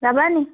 যাবা নি